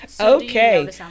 Okay